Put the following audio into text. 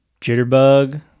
jitterbug